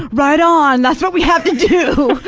right on, that's what we have to do.